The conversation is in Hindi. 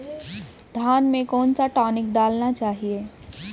धान में कौन सा टॉनिक डालना चाहिए?